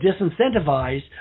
disincentivized